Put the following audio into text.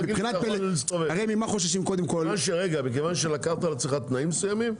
בכיוון שלקחת על עצמך תנאים מסוימים.